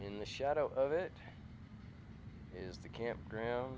in the shadow of it is the camp ground